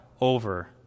over